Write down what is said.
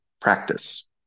practice